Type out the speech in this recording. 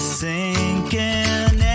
sinking